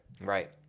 Right